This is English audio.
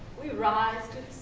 we rise to